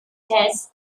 tests